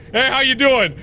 hey how ya doin?